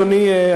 אדוני,